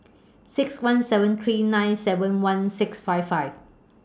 six one seven three nine seven one six five five